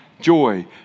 joy